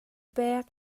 pek